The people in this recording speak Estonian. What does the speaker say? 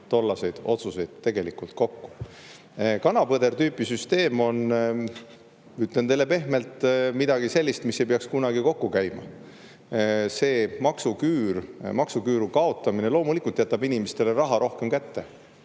tollaseid otsuseid tegelikult kokku. Kana-põder-tüüpi süsteem on – ütlen teile pehmelt – midagi sellist, mis ei peaks kunagi omavahel kokku käima. Maksuküüru kaotamine loomulikult jätab inimestele raha rohkem kätte.